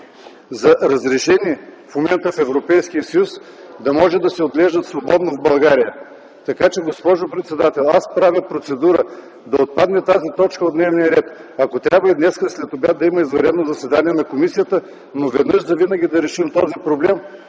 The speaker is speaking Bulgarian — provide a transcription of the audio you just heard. са разрешени в момента в Европейския съюз, да могат да се отглеждат свободно в България. Госпожо председател, аз правя процедура да отпадне тази точка от дневния ред. Ако трябва, днес следобед да има извънредно заседание на комисията, но веднъж завинаги да решим този проблем